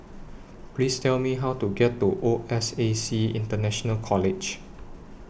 Please Tell Me How to get to O S A C International College